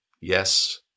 yes